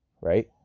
right